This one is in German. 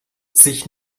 sich